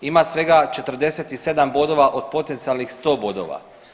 Ima svega 47 bodova od potencijalnih 100 bodova.